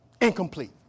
Incomplete